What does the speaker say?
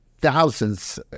thousands